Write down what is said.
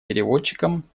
переводчикам